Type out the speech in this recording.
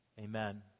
Amen